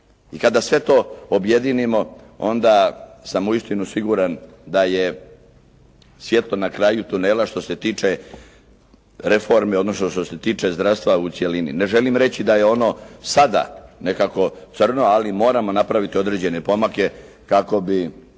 I kada sve to objedinimo onda sam uistinu siguran da je svjetlo na kraju tunela što se tiče reforme, odnosno što se tiče zdravstva u cjelini. Ne želim reći da je ono sada nekako crno, ali moramo napraviti određene pomake kako bi